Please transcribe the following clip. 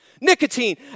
Nicotine